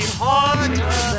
harder